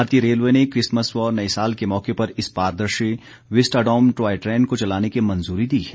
भारतीय रेलवे ने क्रिसमस व नए साल के मौके पर इस पारदर्शी विस्टाडोम टॉय ट्रेन को चलाने की मंजूरी दी है